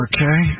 Okay